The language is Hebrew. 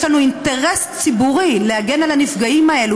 יש לנו אינטרס ציבורי להגן על הנפגעים האלה,